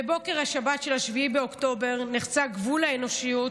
בבוקר שבת 7 באוקטובר נחצה גבול האנושיות